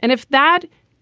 and if that